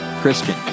Christian